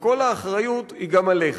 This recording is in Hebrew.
וכל האחריות גם היא עליך.